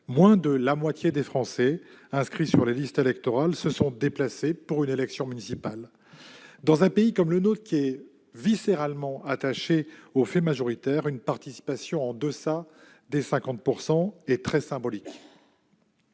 moins de la moitié des Français inscrits sur les listes électorales se sont déplacés pour une élection municipale. Dans un pays comme le nôtre, qui est viscéralement attaché au fait majoritaire, une participation en deçà des 50 % est très symbolique.